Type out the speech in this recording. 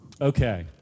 Okay